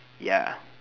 ya